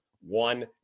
one